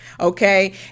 Okay